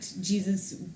Jesus